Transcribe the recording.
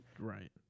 Right